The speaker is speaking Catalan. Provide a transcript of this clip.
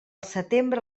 setembre